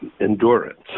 endurance